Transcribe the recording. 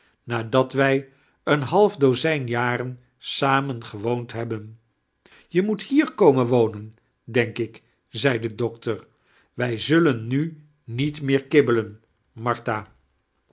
nadat wij een half dozijn jaren sa men gewoond hebben je moet hier komein wonen denk ik zei de doctor wij zullen nu niet meer kabbelen martha